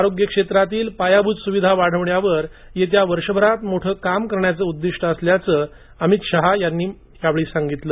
आरोग्य क्षेत्रातील पायाभूत सुविधा वाढविण्यावर येत्या वर्षभरात मोठं काम करण्याचे उद्दिष्ट असल्याचे शहा यांनी सांगितलं